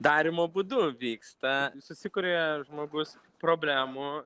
darymo būdu vyksta susikuri žmogus problemų